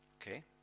Okay